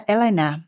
Elena